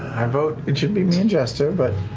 i vote it should be me and jester but